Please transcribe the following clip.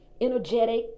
energetic